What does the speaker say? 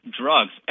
drugs